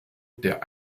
der